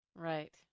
Right